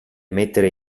mettere